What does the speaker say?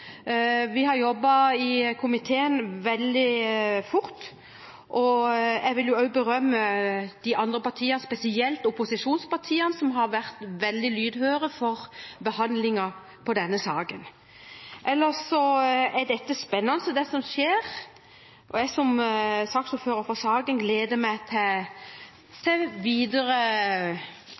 Vi har jobbet veldig fort i komiteen, og jeg vil berømme de andre partiene, spesielt opposisjonspartiene, som har vært veldig lydhøre for å få behandlet denne saken. Dette er spennende – det som skjer. Og jeg som saksordfører gleder meg til